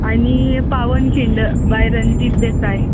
आनी पावन खिंड बाय रंजीत देसाय